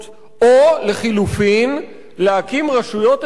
או לחלופין, להקים רשויות אזוריות